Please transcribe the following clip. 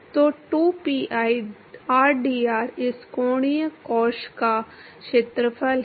तो 2pi rdr इस कोणीय कोश का क्षेत्रफल है